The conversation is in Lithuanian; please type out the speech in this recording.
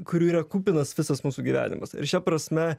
kurių yra kupinas visas mūsų gyvenimas ir šia prasme